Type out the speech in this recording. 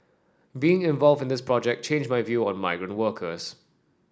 being involved in this project changed my view on migrant workers